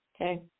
Okay